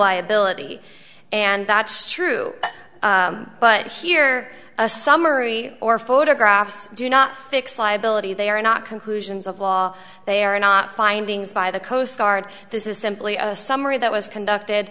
liability and that's true but here a summary or photographs do not fix liability they are not conclusions of law they are not findings by the coast guard this is simply a summary that was conducted